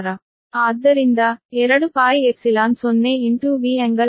ಆದ್ದರಿಂದ 2πε0V∟ 30 degree